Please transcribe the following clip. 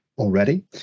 already